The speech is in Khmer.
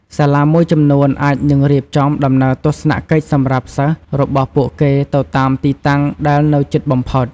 សាលាមួយចំនួនអាចនឹងរៀបចំដំណើរទស្សនកិច្ចសម្រាប់សិស្សរបស់ពួកគេទៅតាមទីតាំងដែលនៅជិតបំផុត។